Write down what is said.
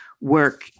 work